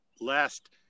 last